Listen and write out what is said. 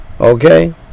Okay